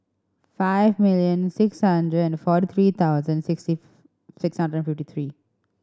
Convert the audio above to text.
five million six hundred and forty three thousand sixty six hundred and fifty three